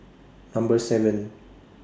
Number seven